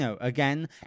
again